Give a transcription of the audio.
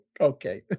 Okay